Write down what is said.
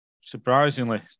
Surprisingly